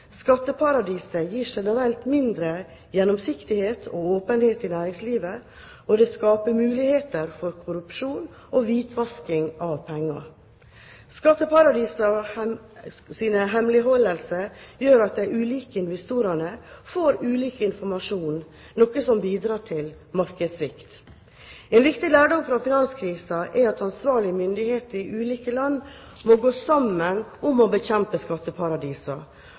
Skatteparadiser gir generelt mindre gjennomsiktighet og åpenhet i næringslivet, og de skaper muligheter for korrupsjon og hvitvasking av penger. Skatteparadisenes hemmelighold gjør at de ulike investorene får ulik informasjon, noe som bidrar til markedssvikt. En viktig lærdom av finanskrisen er at ansvarlige myndigheter i ulike land må gå sammen om å bekjempe skatteparadiser,